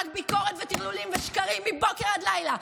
רק ביקורת וטרלולים ושקרים מבוקר עד לילה.